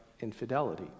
infidelity